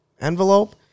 envelope